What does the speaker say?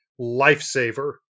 lifesaver